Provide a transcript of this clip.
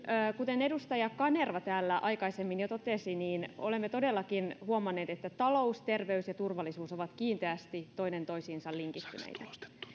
kuten edustaja kanerva täällä jo aikaisemmin totesi olemme todellakin huomanneet että talous terveys ja turvallisuus ovat kiinteästi toinen toisiinsa linkittyneitä